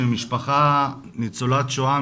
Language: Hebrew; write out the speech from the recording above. של משפחה ניצולת שואה,